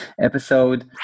episode